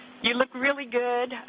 you look really good.